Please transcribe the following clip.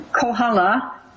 Kohala